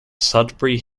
sudbury